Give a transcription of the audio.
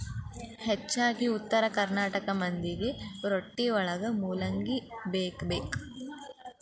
ಹೆಚ್ಚಾಗಿ ಉತ್ತರ ಕರ್ನಾಟಕ ಮಂದಿಗೆ ರೊಟ್ಟಿವಳಗ ಮೂಲಂಗಿ ಬೇಕಬೇಕ